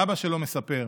ואבא שלו מספר: